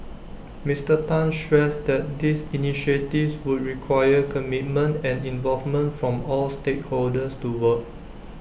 Mister Tan stressed that these initiatives would require commitment and involvement from all stakeholders to work